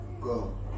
go